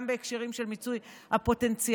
גם בהקשרים של מיצוי הפוטנציאל,